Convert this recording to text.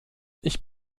ich